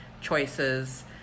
choices